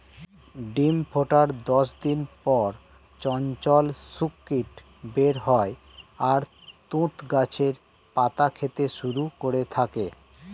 ডিম ফোটার দশ দিন পর চঞ্চল শূককীট বের হয় আর তুঁত গাছের পাতা খেতে শুরু করে থাকে